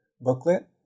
booklet